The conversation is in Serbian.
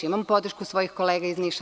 Imam podršku svojih kolega iz Niša.